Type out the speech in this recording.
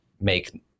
make